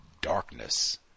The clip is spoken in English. darkness